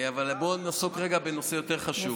אבל בואו נעסוק רגע בנושא יותר חשוב.